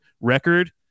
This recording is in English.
record